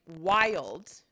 wild